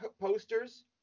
posters